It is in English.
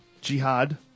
Jihad